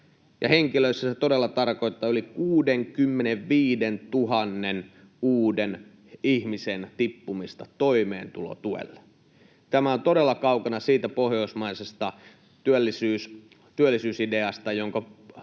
henkilöissä se todella tarkoittaa yli 65 000 uuden ihmisen tippumista toimeentulotuelle. Tämä on todella kaukana siitä pohjoismaisesta työllisyysideasta, jonka